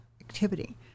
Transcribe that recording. activity